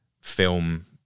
film